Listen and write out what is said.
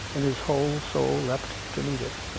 and his whole soul leapt to meet it.